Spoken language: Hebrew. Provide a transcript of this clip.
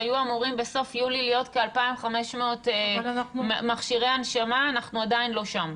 שהיו אמורים בסוף יולי להיות כ-2,500 מכשירי הנשמה אנחנו עדיין לא שם.